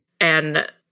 and-